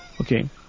Okay